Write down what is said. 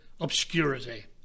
obscurity